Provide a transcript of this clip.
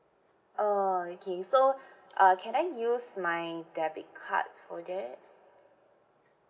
oh okay so uh can I use my debit card for that